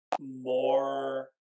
more